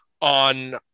on